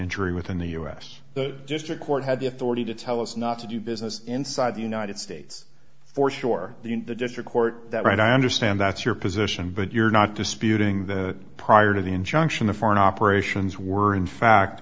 injury within the u s the district court had the authority to tell us not to do business inside the united states for sure the in the district court right i understand that's your position but you're not disputing the prior to the injunction the foreign operations were in fact